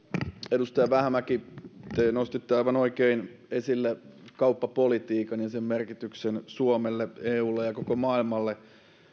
edustaja vähämäki te nostitte aivan oikein esille kauppapolitiikan ja sen merkityksen suomelle eulle ja koko maailmalle